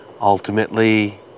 Ultimately